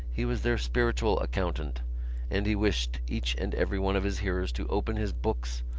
he was their spiritual accountant and he wished each and every one of his hearers to open his books,